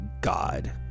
god